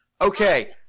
Okay